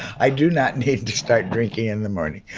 i do not need to start drinking in the morning,